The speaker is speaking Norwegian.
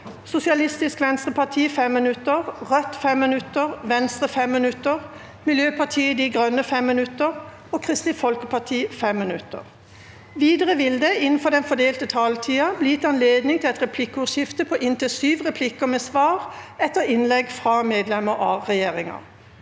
Sosialistisk Venstreparti 5 minutter, Rødt 5 minutter, Venstre 5 minutter, Miljøpartiet De Grønne 5 minutter og Kristelig Folkeparti 5 minutter. Videre vil det – innenfor den fordelte taletid – bli gitt anledning til et replikkordskifte på inntil syv replikker med svar etter innlegg fra medlemmer av regjeringa,